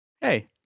Hey